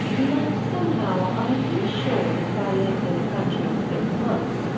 but somehow, i feel sure that if i lived in the country for six months,